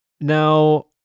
Now